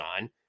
on